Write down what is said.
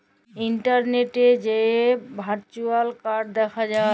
ইলটারলেটে যাঁয়ে virtual card দ্যাখা যায়